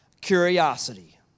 Curiosity